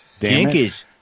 Jinkies